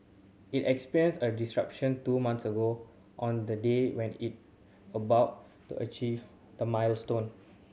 it experienced a disruption two month ago on the day when it about to achieve the milestone